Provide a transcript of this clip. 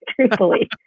truthfully